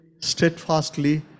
steadfastly